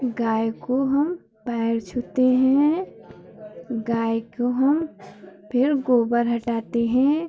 गाय को हम पैर छूते हैं गाय को हम फिर गोबर हटाते हैं